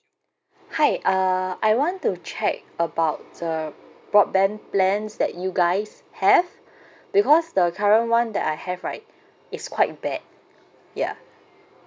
hi uh I want to check about uh broadband plans that you guys have because the current one that I have right is quite bad ya